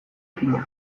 fina